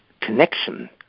connection